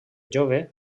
jove